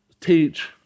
teach